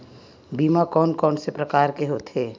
बीमा कोन कोन से प्रकार के होथे?